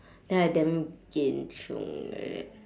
then I damn kian chiong like that